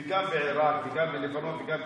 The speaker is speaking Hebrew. גם בעיראק וגם בלבנון וגם בסוריה.